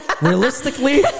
Realistically